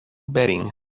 bedding